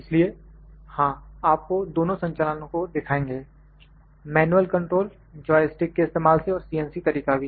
इसलिए हां आपको दोनों संचालनों को दिखाएँगे मैन्युअल कंट्रोल जॉय स्टिक के इस्तेमाल से और CNC तरीका भी